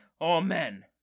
Amen